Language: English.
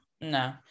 no